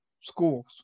schools